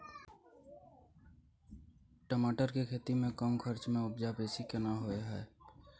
टमाटर के खेती में कम खर्च में उपजा बेसी केना होय है?